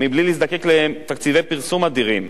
מבלי להזדקק לתקציבי פרסום אדירים.